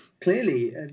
clearly